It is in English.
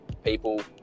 People